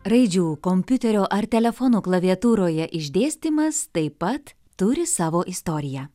raidžių kompiuterio ar telefono klaviatūroje išdėstymas taip pat turi savo istoriją